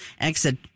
exit